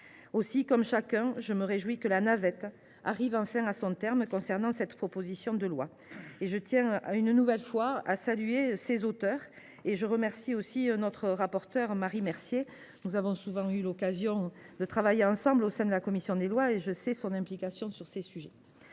d’entre nous, je me réjouis que la navette arrive enfin à son terme concernant cette proposition de loi et je tiens à une nouvelle fois à saluer ses auteurs ainsi que notre rapporteure, Marie Mercier. Nous avons souvent eu l’occasion de travailler ensemble au sein de la commission des lois et je connais son implication sur ces sujets.